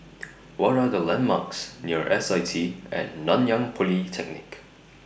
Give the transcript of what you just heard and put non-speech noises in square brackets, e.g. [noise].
[noise] What Are The landmarks near S I T At Nanyang Polytechnic